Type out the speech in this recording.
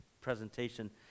presentation